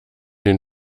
den